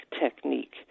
technique